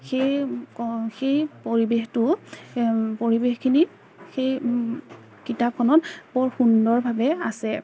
সেই সেই পৰিৱেশটো পৰিৱেশখিনিত সেই কিতাপখনত বৰ সুন্দৰভাৱে আছে